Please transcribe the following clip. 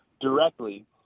directly